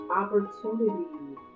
opportunities